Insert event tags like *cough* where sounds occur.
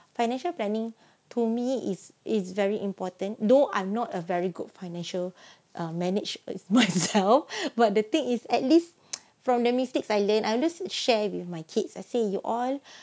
financial planning to me is it is very important though I'm not a very good financial manage myself but the thing is at least *noise* from the mistakes I learned I share with my kids I say you all